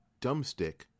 dumbstick